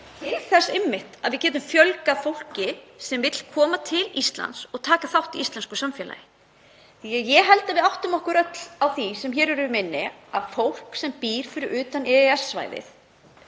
til þess að við getum fjölgað fólki sem vill koma til Íslands og taka þátt í íslensku samfélagi. Ég held að við áttum okkur öll á því sem hér erum inni að fólk sem býr fyrir utan EES-svæðið